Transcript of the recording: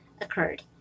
occurred